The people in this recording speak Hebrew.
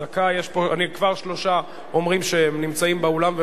כבר שלושה אומרים שהם נמצאים באולם,